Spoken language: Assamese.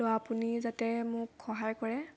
তো আপুনি যাতে মোক সহায় কৰে